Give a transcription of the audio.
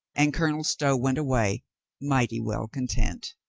and colonel stow went away mighty well content.